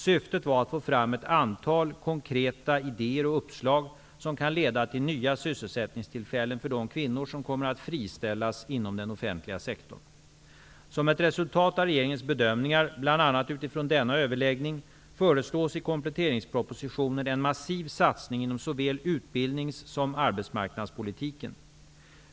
Syftet var att få fram ett antal konkreta idéer och uppslag som kan leda till nya sysselsättningstillfällen för de kvinnor som kommer att friställas inom den offentliga sektorn. Som ett resultat av regeringens bedömningar, bl.a. utifrån denna överläggning, föreslås i kompletteringspropositionen en massiv satsning inom såväl utbildnings som arbetsmarknadspolitiken.